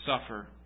suffer